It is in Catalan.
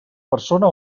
persona